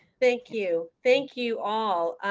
thank you. thank you all.